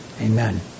Amen